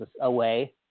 away